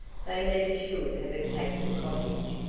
they never should have attacked the cottage,